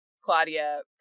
Claudia